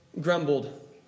grumbled